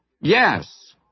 Yes